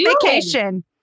vacation